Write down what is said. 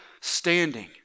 standing